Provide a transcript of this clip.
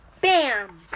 Bam